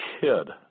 kid